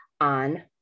on